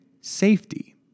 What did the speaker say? safety